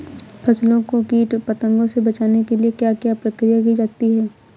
फसलों को कीट पतंगों से बचाने के लिए क्या क्या प्रकिर्या की जाती है?